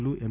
లు ఎం